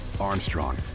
Armstrong